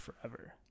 forever